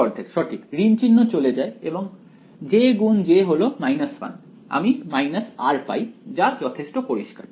½ সঠিক ঋণচিহ্ন চলে যায় এবং j × j হল 1 আমি r পাই যা যথেষ্ট পরিষ্কার